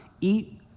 eat